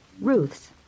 Ruth's